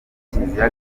kiliziya